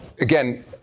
again